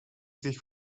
sich